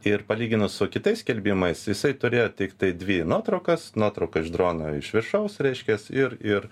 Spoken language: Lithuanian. ir palyginus su kitais skelbimais jisai turėjo tiktai dvi nuotraukas nuotrauka iš drono iš viršaus reiškias ir ir